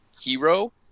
hero